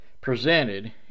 presented